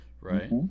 Right